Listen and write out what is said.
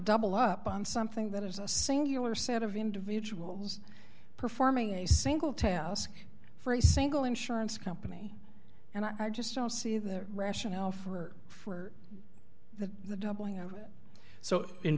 double up on something that is a singular set of individuals performing a single task for a single insurance company and i just don't see their rationale for for that the doubling of so in